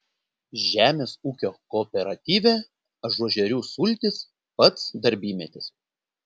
žemės ūkio kooperatyve ažuožerių sultys pats darbymetis